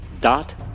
dot